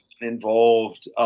involved –